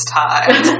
time